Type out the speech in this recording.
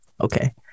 Okay